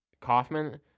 Kaufman